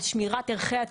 על שמירת ערכי הטבע,